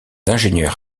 ingénieurs